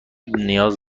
نیاز